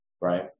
right